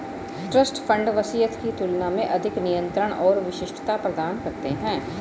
trust fund वसीयत की तुलना में अधिक नियंत्रण और विशिष्टता प्रदान करते हैं